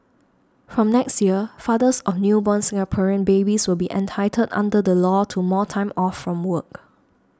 from next year fathers on newborn Singaporean babies will be entitled under the law to more time off from work